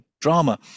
drama